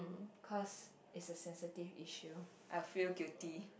cause it's a sensitive issue I'll feel guilty